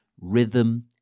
Rhythm